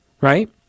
Right